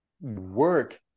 work